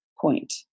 point